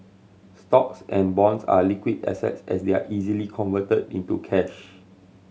stocks and bonds are liquid assets as they are easily converted into cash